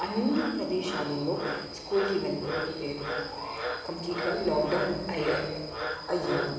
అన్ని ప్రదేశాలలో స్కూల్కి వెళ్ళలేదు కంప్లీట్గా లాక్డౌన్ అయి అయింది